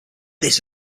this